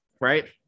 right